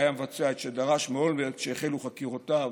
מבצע את שדרש מאולמרט כשהחלו חקירותיו